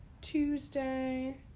tuesday